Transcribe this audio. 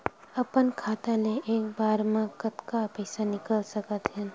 अपन खाता ले एक बार मा कतका पईसा निकाल सकत हन?